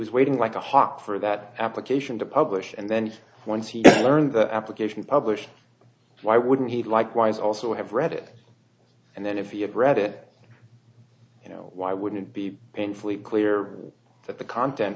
was waiting like a hawk for that application to publish and then once he learned the application published why wouldn't he likewise also have read it and then if you've read it you know why wouldn't it be painfully clear that the content